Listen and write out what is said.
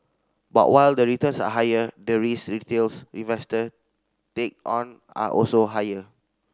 but while the returns are higher the risk retails investor take on are also higher